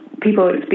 people